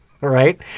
right